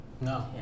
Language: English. No